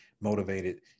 motivated